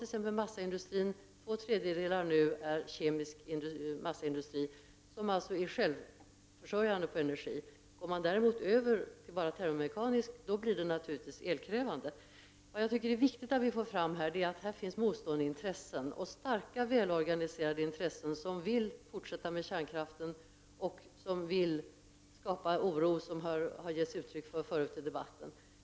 När det gäller massaindustrin är två tredjedelar nu kemisk massaindustri som är självförsörjande i fråga om energi. Om massaindustrin däremot går över till bara termomekanisk industri blir den naturligtvis elkrävande. Vad jag tycker är viktigt att få fram är att det i detta sammanhang finns motstående intressen som är starka och välorganiserade och som vill fortsätta med kärnkraften och som vill skapa oro, vilket det har getts uttryck för tidigare i debatten.